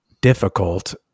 difficult